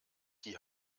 die